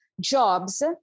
jobs